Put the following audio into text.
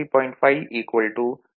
5 52